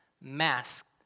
Mask